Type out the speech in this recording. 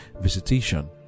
visitation